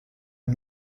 une